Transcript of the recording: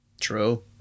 True